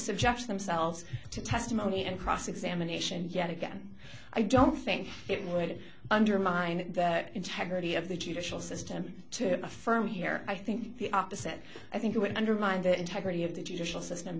subject themselves to testimony and cross examination yet again i don't think it would undermine the integrity of the judicial system to affirm here i think the opposite i think it would undermine the integrity of the judicial system